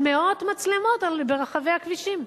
מאות מצלמות ברחבי הכבישים,